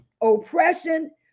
oppression